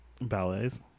ballets